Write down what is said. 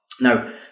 Now